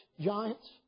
giants